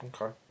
Okay